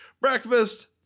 Breakfast